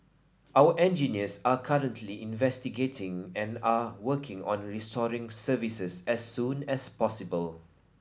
our engineers are currently investigating and are working on restoring services as soon as possible